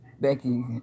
Becky